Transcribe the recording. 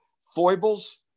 foibles